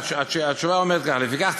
התשובה אומרת ככה: לפיכך,